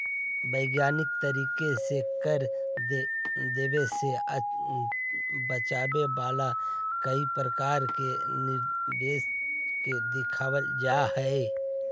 वैधानिक तरीके से कर देवे से बचावे वाला कई प्रकार के निवेश के दिखावल जा हई